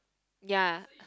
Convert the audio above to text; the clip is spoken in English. ya